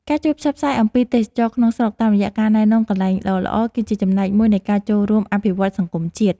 ការជួយផ្សព្វផ្សាយអំពីទេសចរណ៍ក្នុងស្រុកតាមរយៈការណែនាំកន្លែងល្អៗ គឺជាចំណែកមួយនៃការចូលរួមអភិវឌ្ឍន៍សង្គមជាតិ។